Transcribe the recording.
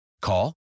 Call